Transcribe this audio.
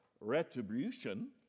retribution